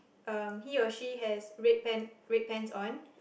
um he or she has red pant red pants on